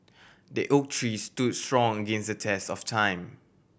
the oak tree stood strong against the test of time